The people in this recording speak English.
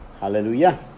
Hallelujah